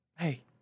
Hey